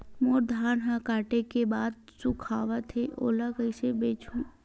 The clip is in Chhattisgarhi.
मोर धान ह काटे के बाद सुखावत हे ओला कइसे बेचहु?